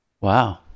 wow